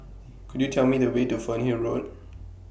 Could YOU Tell Me The Way to Fernhill Road